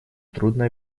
трудно